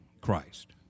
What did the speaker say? Christ